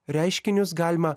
reiškinius galima